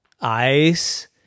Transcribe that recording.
ice